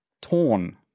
torn